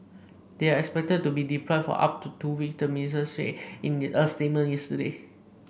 they are expected to be deployed for up to two weeks the ministry said in a statement yesterday